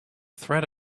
threat